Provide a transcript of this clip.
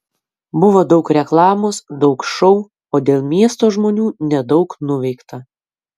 buvo daug reklamos daug šou o dėl miesto žmonių nedaug nuveikta